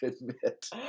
admit